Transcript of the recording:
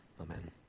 Amen